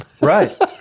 Right